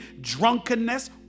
drunkenness